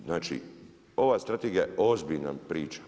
Znači ova strategija je ozbiljna priča.